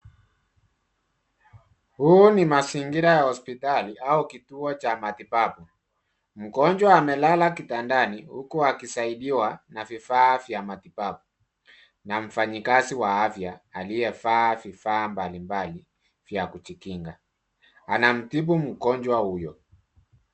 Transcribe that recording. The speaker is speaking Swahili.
Huu ni mazingira ya hospitali au kituo cha matibabu. Mgonjwa amelala kitandani huku akisaidiwa na vifaa vya matibabu na mfanyakazi wa afya aliyevaa vifaa mbalimbali za kujikinga. Anamtibu mgonjwa huyo.